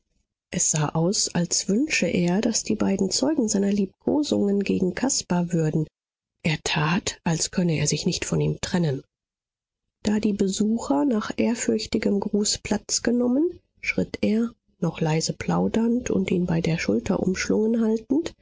es sah aus als wünsche er daß die beiden zeugen seiner liebkosungen gegen caspar würden er tat als könne er sich nicht von ihm trennen da die besucher nach ehrfürchtigem gruß platz genommen schritt er noch leise plaudernd und ihn bei der schulter umschlungen haltend